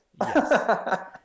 Yes